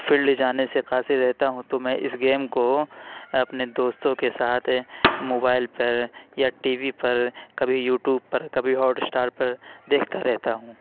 field جانے سے قاصر رہتا ہوں تو میں اس گیم کو اپنے دوستوں کے ساتھ موبائل پر یا ٹی وی پر کبھی یوٹیوب پر کبھی ہاٹ اسٹار پر دیکھتا رہتا ہوں